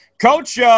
Coach